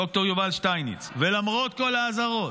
ד"ר יובל שטייניץ, ולמרות כל האזהרות,